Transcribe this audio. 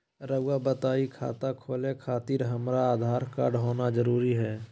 रउआ बताई खाता खोले खातिर हमरा आधार कार्ड होना जरूरी है?